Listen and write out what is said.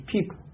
people